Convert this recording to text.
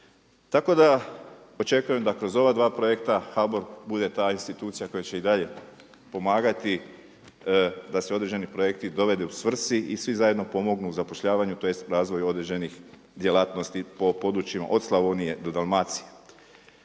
Tako da očekujem da kroz ova dva projekta HBOR bude ta institucija koja će i dalje pomagati da se određeni projekti dovedu svrsi i svi zajedno pomognu u zapošljavanju tj. razvoju određenih djelatnosti po područjima od Slavonije do Dalmacije.